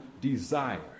desire